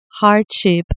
Hardship